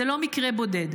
זה לא מקרה בודד,